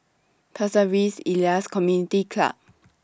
Pasir Ris Elias Community Club